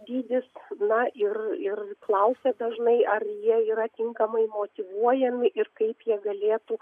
dydis na ir ir klausia dažnai ar jie yra tinkamai motyvuojami ir kaip jie galėtų